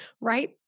right